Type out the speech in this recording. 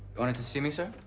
wanted to see me, sir?